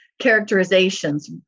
characterizations